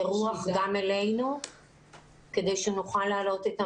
גם אלינו כדי שנוכל להעלות את המצגת?